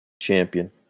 Champion